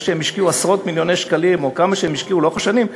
זה שהם השקיעו עשרות מיליוני שקלים או כמה שהם השקיעו לאורך השנים,